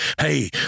Hey